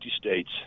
states